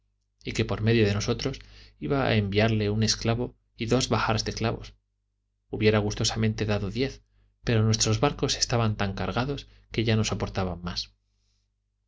y que por medio de nosotros iba a enviarle un esclavo y dos bahars de clavos hubiera gustosamente dado diez pero nuestros barcos estaban tan cargados que ya no soportaban más